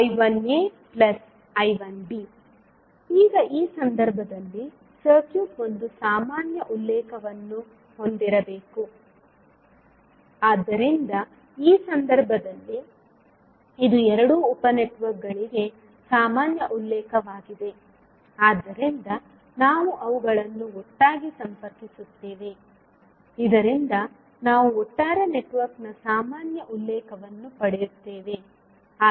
ಈಗ ಈ ಸಂದರ್ಭದಲ್ಲಿ ಸರ್ಕ್ಯೂಟ್ ಒಂದು ಸಾಮಾನ್ಯ ಉಲ್ಲೇಖವನ್ನು ಹೊಂದಿರಬೇಕು ಆದ್ದರಿಂದ ಈ ಸಂದರ್ಭದಲ್ಲಿ ಇದು ಎರಡೂ ಉಪ ನೆಟ್ವರ್ಕ್ಗಳಿಗೆ ಸಾಮಾನ್ಯ ಉಲ್ಲೇಖವಾಗಿದೆ ಆದ್ದರಿಂದ ನಾವು ಅವುಗಳನ್ನು ಒಟ್ಟಾಗಿ ಸಂಪರ್ಕಿಸುತ್ತೇವೆ ಇದರಿಂದ ನಾವು ಒಟ್ಟಾರೆ ನೆಟ್ವರ್ಕ್ನ ಸಾಮಾನ್ಯ ಉಲ್ಲೇಖವನ್ನು ಪಡೆಯುತ್ತೇವೆ